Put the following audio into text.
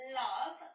love